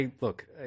Look